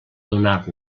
donar